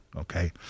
okay